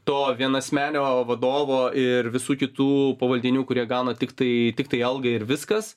to vienasmenio vadovo ir visų kitų pavaldinių kurie gauna tiktai tiktai algą ir viskas